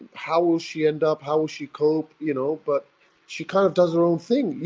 how will she end up, how will she cope you know but she kind of does her own thing.